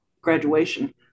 graduation